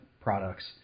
products